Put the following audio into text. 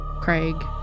Craig